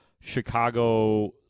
Chicago